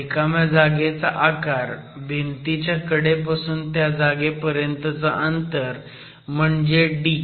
रिकाम्या जागेचा आकार भिंतीच्या कडेपासून त्या जागेपर्यंतचं अंतर म्हणजे D